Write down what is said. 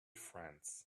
friends